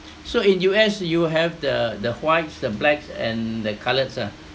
so in U_S you have the the whites the blacks and the coloureds ah